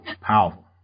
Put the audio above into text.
powerful